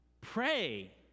pray